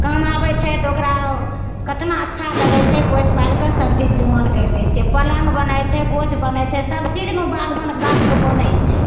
काम आबैत छै तऽ ओकरा केतना अच्छा लगैत छै पोसि पालि कऽ सबचीज जुआन करि दै छै पलङ्ग बनैत छै कोच बनैत छै सब चीजमे बागबन ओ गाछकऽ बनैत छै